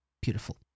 Beautiful